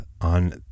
on